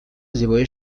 زیبای